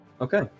Okay